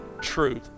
truth